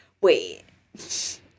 Wait